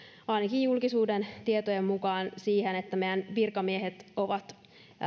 ainakin julkisuuden tietojen mukaan siihen että meidän virkamiehet ovat